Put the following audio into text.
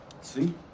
See